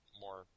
more